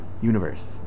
universe